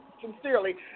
sincerely